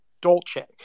Dolce